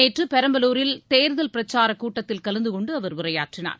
நேற்று பெரம்பலூரில் தேர்தல் பிரச்சார் கூட்டத்தில் கலந்துகொண்டு அவர் உரையாற்றினார்